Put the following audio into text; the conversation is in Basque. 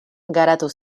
garatu